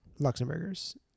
Luxembourgers